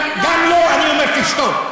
לה "תשתקי".